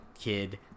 kid